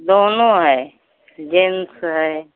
दोनो है जेन्स है